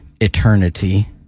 eternity